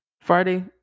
Friday